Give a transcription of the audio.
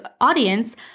audience